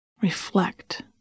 reflect